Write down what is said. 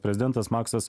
prezidentas maksas